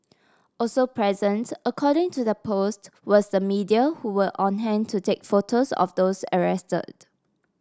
also present according to the post was the media who were on hand to take photos of those arrested